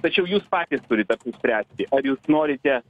tačiau jūs patys turit apsispręsti ar jūs norite